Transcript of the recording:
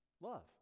Love